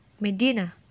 Medina